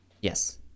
Yes